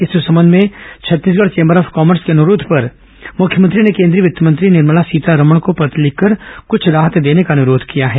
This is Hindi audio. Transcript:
इस संबंध में छत्तीसगढ चौम्बर ऑफ कामर्स के अनुरोध पर मुख्यमंत्री ने केन्द्रीय वित्त मंत्री निर्मला सीतारमण को पत्र लिखकर कुछ राहत देने का अनुरोध किया है